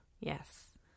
yes